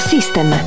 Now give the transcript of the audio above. System